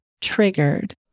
triggered